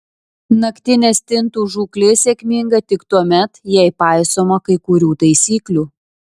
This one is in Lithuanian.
naktinė stintų žūklė sėkminga tik tuomet jei paisoma kai kurių taisyklių